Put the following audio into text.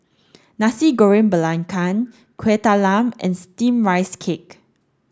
Nasi Goreng Belacan Kueh Talam and steamed rice cake